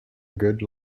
good